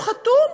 הוא חתום,